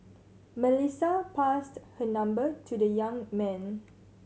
Melissa passed her number to the young man